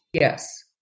Yes